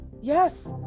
Yes